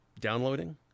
downloading